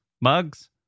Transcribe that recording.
mugs